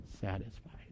satisfied